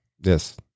Yes